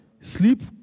Sleep